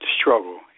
struggle